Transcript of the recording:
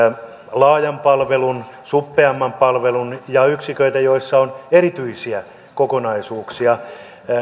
laajan palvelun suppeamman palvelun yksiköitä ja yksiköitä joissa on erityisiä kokonaisuuksia